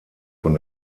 von